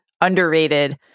underrated